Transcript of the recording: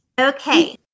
Okay